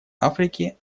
африке